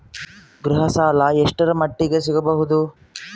ಗೃಹ ಸಾಲ ಎಷ್ಟರ ಮಟ್ಟಿಗ ಸಿಗಬಹುದು?